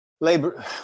labor